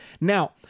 Now